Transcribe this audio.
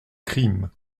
crime